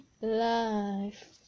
life